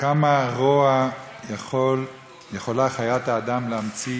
כמה רוע יכולה חיית האדם להמציא.